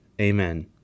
Amen